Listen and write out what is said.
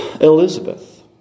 Elizabeth